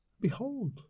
behold